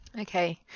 okay